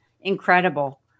incredible